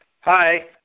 Hi